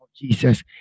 Jesus